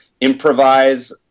improvise